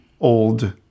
old